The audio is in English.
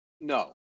no